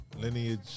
lineage